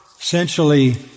essentially